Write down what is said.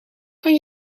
kan